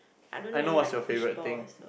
I know what's your favorite thing